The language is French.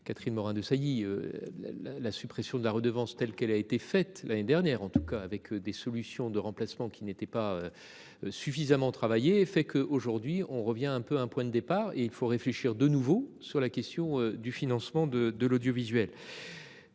Catherine Morin-Desailly. La, la suppression de la redevance, telle qu'elle a été faite l'année dernière en tout cas avec des solutions de remplacement qui n'étaient pas. Suffisamment travaillé et fait que aujourd'hui on revient un peu un point de départ et il faut réfléchir de nouveau sur la question du financement de de l'audiovisuel.